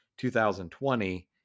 2020